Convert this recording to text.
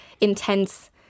intense